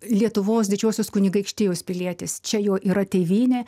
lietuvos didžiosios kunigaikštijos pilietis čia jo yra tėvynė